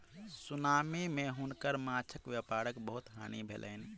tsunami मे हुनकर माँछक व्यापारक बहुत हानि भेलैन